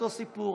אותו סיפור,